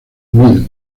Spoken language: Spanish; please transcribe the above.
mil